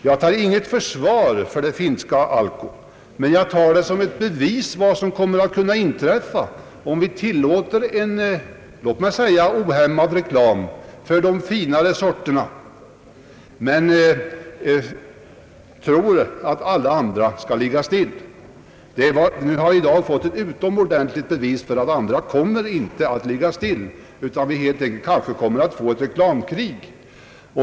Jag anför inte någon försvar för det finska Alko, men vad som hänt tar jag som ett bevis för vad som kommer att inträffa om vi tillåter ohämmad reklam för de finare sorterna men tror att reklamen för alla andra skall ligga still. Vi har i dag fått ett utomordentligt bevis för att de andra sorterna inte kommer att ligga still utan att vi kanske t.o.m. kommer att få ett reklamkrig.